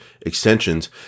extensions